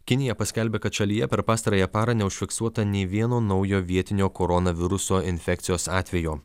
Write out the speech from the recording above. kinija paskelbė kad šalyje per pastarąją parą neužfiksuota nei vieno naujo vietinio koronaviruso infekcijos atvejo